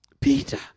Peter